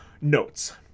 notes